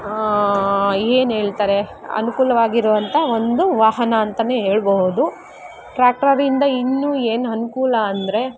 ಏನು ಹೇಳ್ತಾರೆ ಅನುಕೂಲವಾಗಿರುವಂಥ ಒಂದು ವಾಹನ ಅಂತನೇ ಹೇಳಬಹುದು ಟ್ರ್ಯಾಕ್ಟರಿಂದ ಇನ್ನೂ ಏನು ಅನ್ಕೂಲ ಅಂದರೆ